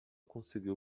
conseguiu